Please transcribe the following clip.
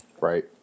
Right